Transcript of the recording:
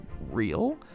real